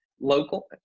local